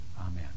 Amen